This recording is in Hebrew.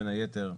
בין היתר,